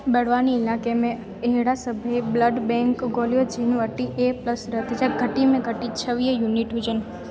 बड़वानी इला़इके में अहिड़ा सभई ब्लड बैंक ॻोल्हियो जिन वटि ए प्लस रतु जा घटि में घटि छवीह यूनिट हुजनि